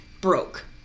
broke